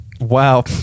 Wow